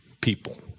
people